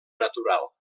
natural